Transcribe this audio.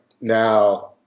now